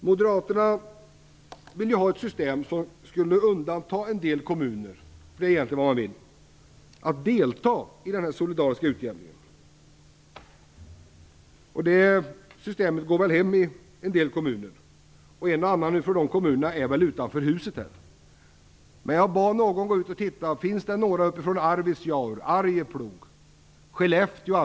Moderaterna vill ha ett system där man skulle undanta en del kommuner när det gäller att delta i den solidariska utjämningen. Det systemet går hem i en del kommuner. En och annan representant för dessa står väl utanför huset i dag. Jag bad någon att gå ut och fråga om det fanns någon från Arvidsjaur, Arjeplog, Skellefteå.